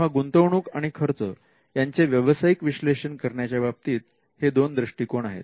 तेव्हा गुंतवणूक आणि खर्च यांचे व्यावसायिक विश्लेषण करण्याच्या बाबतीत हे दोन दृष्टिकोन आहेत